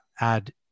add